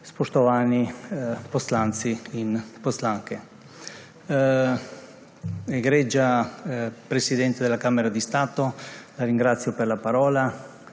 spoštovani poslanci in poslanke! Egregia Presidente della Camera di Stato, grazie per la parola.